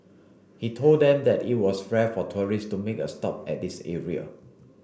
he told them that it was rare for tourist to make a stop at this area